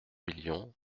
millions